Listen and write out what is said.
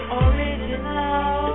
original